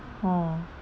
oh